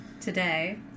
today